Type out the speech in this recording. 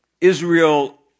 Israel